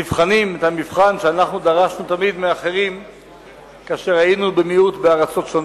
נבחנים במבחן שאנחנו דרשנו תמיד מאחרים כאשר היינו במיעוט בארצות שונות,